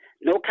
no